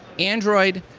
android,